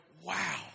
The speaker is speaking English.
wow